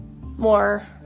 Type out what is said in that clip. more